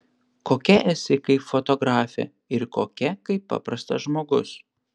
kokia esi kaip fotografė ir kokia kaip paprastas žmogus